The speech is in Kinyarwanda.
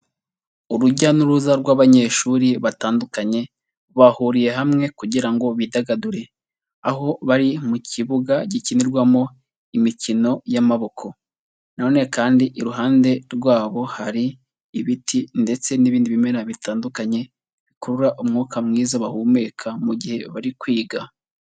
Urujya n'uruza rw'abanyeshuri batandukanye, bahuriye hamwe kugira ngo bidagadure, aho bari mu kibuga gikinirwamo imikino y'amaboko, nanone kandi iruhande rwabo hari ibiti ndetse n'ibindi bimera bitandukanye, bikurura umwuka mwiza bahumeka mu gihe bari kwiga.